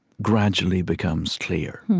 gradually becomes clear.